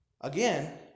Again